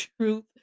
truth